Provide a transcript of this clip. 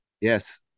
Yes